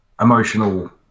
emotional